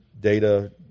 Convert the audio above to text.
data